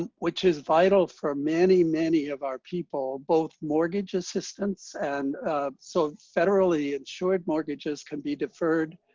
and which is vital for many, many of our people. both mortgage assistance and so federally insured mortgages can be deferred.